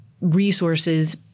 resources